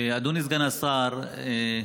אדוני סגן השר,